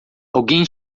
alguém